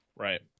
Right